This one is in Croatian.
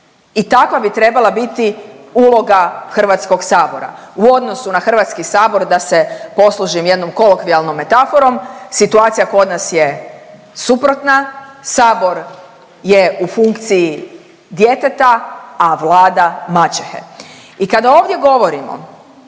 i takva bi trebala biti uloga HS. U odnosu na HS, da se poslužim jednom kolokvijalnom metaforom, situacija kod nas je suprotna, Sabor je u funkciji djeteta, a Vlada maćehe. I kada ovdje govorimo